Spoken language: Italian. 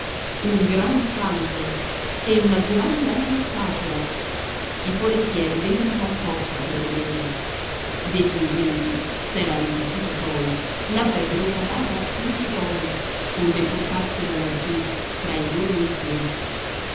un gran santo e una gran bella statua i forestieri venivano apposta per vederla degli inglesi s'era risaputo poi l'avrebbero pagata a peso d'oro onde portarsela laggiù fra i loro idoli